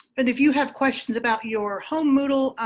but if you have questions about your home moodel,